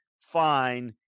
fine